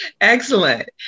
Excellent